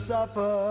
Supper